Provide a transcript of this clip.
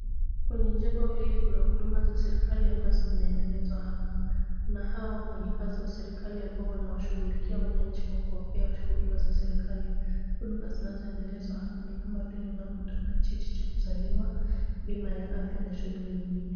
Kwenye jengo hili kuna huduma za serikali ambazo zinaendelezwa hapa. Kuna hawa wafanyikazi wa serikali ambao wanawashughulikia wananchi kwa kuwapea huduma za serikali. Huduma zinazoendelezwa hapa ni kama vile unapotaka cheti cha kuzaliwa, bima ya afya na shughuli nyingine.